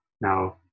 now